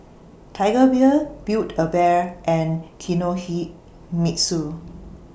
Tiger Beer Build A Bear and Kinohimitsu